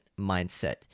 mindset